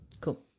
Cool